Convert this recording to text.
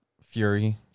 Fury